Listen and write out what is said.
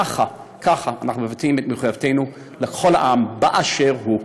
ככה אנחנו מבטאים את מחויבותנו לכל העם באשר הוא.